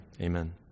Amen